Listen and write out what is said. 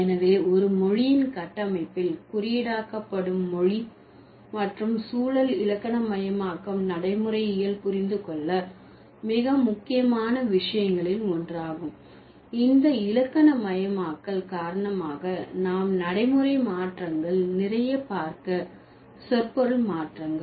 எனவே ஒரு மொழியின் கட்டமைப்பில் குறியீடாக்கப்படும் மொழி மற்றும் சூழல் இலக்கணமயமாக்கம் நடைமுறையியல் புரிந்து கொள்ள மிக முக்கியமான விஷயங்களில் ஒன்றாகும் இந்த இலக்கணமயமாக்கல் காரணமாக நாம் நடைமுறை மாற்றங்கள் நிறைய பார்க்க சொற்பொருள் மாற்றங்கள்